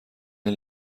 این